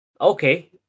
Okay